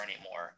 anymore